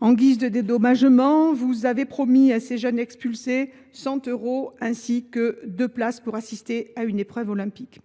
En guise de dédommagement, madame la ministre, vous leur avez promis 100 euros, ainsi que deux places pour assister à une épreuve olympique.